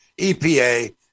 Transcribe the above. EPA